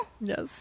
Yes